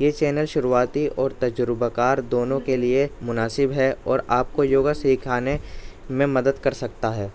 یہ چینل شروعاتی اور تجربہ کار دونوں کے لیے مناسب ہے اور آپ کو یوگا سکھانے میں مدد کر سکتا ہے